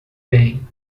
bem